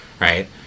right